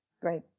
Great